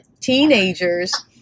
teenagers